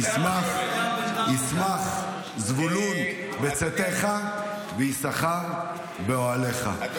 "שמח זבולון בצאתך ויששכר באהליך".